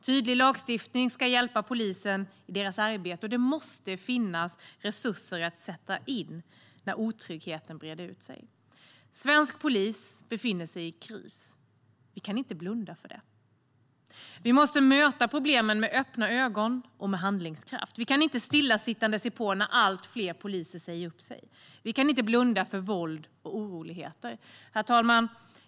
Tydlig lagstiftning ska hjälpa polisen i dess arbete, och det måste finnas resurser att sätta in när otryggheten breder ut sig. Svensk polis befinner sig i kris. Vi kan inte blunda för det. Vi måste möta problemen med öppna ögon och med handlingskraft. Vi kan inte stillasittande se på när allt fler poliser säger upp sig. Vi kan inte blunda för våld och oroligheter. Herr talman!